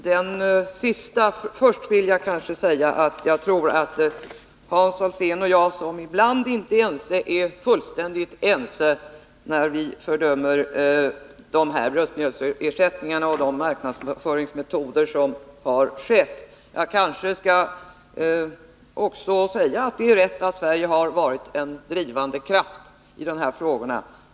Herr talman! Först vill jag säga att jag tror att Hans Alsén och jag, som ibland inte är ense, är fullständigt ense när vi fördömer de här bröstmjölksersättningarna och de marknadsföringsmetoder som har använts. Jag kanske också skall säga att det är rätt att Sverige har varit en drivande kraft i de här frågorna.